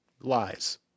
lies